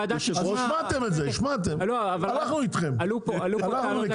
השמעתם את זה השמעתם, הלכנו איתכם, הלכנו לקראתכם.